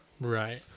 Right